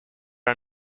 are